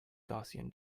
gaussian